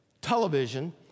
television